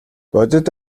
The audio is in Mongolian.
бодит